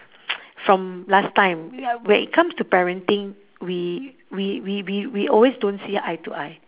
from last time ya when it comes to parenting we we we we we always don't see eye to eye